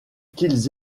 qu’ils